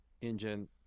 engine